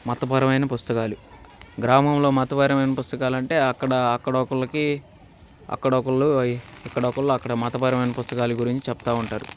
మతపరమైన పుస్తకాలు గ్రామంలో మతపరమైన పుస్తకాలు అంటే అక్కడ అక్కడ ఒకరికి అక్కడ ఒకరు ఇక్కడ ఒకరు అక్కడ మతపరమైన పుస్తకాలు గురించి చెప్తు ఉంటారు